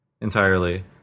Entirely